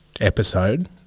episode